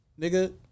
nigga